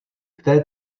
které